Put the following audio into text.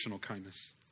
kindness